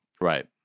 right